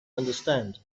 understand